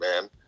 man